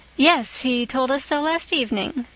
yes, he told us so last evening,